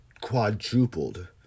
quadrupled